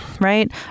right